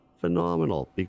Phenomenal